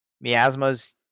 Miasmas